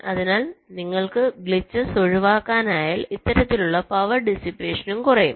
അതിനാൽ നിങ്ങൾക്ക് ഗ്ലിച്ചസ് ഒഴിവാക്കാനായാൽ ഇത്തരത്തിലുള്ള പവർ ഡിസ്പേഷനും കുറയും